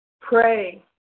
pray